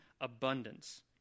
abundance